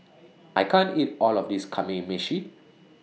I can't eat All of This Kamameshi